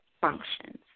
functions